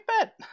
bet